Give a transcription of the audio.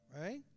right